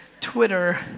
Twitter